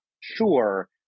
sure